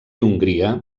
hongria